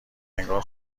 انگار